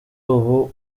ubu